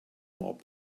mob